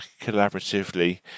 collaboratively